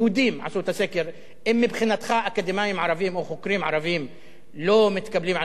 אם מבחינתך אקדמאים ערבים או חוקרים ערבים לא מתקבלים על הדעת,